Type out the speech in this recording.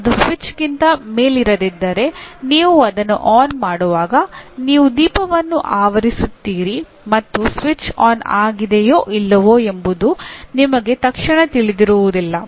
ಅದು ಸ್ವಿಚ್ಗಿಂತ ಮೇಲಿರದಿದ್ದರೆ ನೀವು ಅದನ್ನು ಆನ್ ಮಾಡುವಾಗ ನೀವು ದೀಪವನ್ನು ಆವರಿಸುತ್ತೀರಿ ಮತ್ತು ಸ್ವಿಚ್ ಆನ್ ಆಗಿದೆಯೋ ಇಲ್ಲವೋ ಎಂಬುದು ನಿಮಗೆ ತಕ್ಷಣ ತಿಳಿದಿರುವುದಿಲ್ಲ